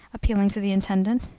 appealing to the intendant.